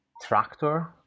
tractor